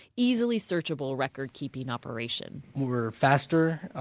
easily searchable record-keeping operation. we're faster.